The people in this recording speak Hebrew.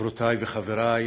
חברותי וחברי,